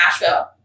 Nashville